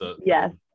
yes